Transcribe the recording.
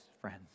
friends